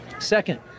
second